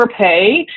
pay